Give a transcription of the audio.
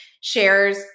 shares